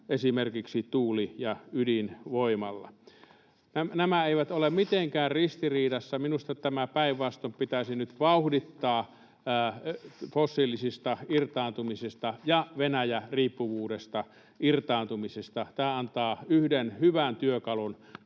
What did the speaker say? esimerkiksi tuuli- ja ydinvoimalla. Nämä eivät ole mitenkään ristiriidassa. Minusta tämän päinvastoin pitäisi nyt vauhdittaa fossiilisista irtaantumista ja Venäjä-riippuvuudesta irtaantumista. Tämä antaa yhden hyvän työkalun